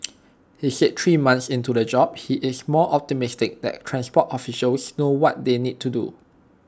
he said three months into the job he is more optimistic that transport officials know what they need to do